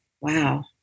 wow